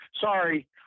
Sorry